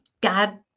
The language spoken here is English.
God